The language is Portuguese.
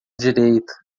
direita